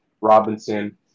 Robinson